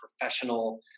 professional